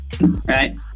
right